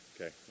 okay